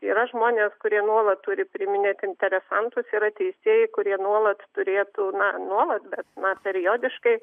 yra žmonės kurie nuolat turi priiminėti interesantus yra teisėjai kurie nuolat turėtų na nuolat bet na periodiškai